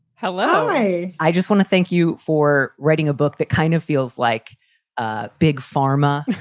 hello. i i just want to thank you for writing a book that kind of feels like ah big pharma